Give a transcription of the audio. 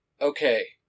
Okay